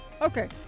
Okay